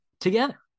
together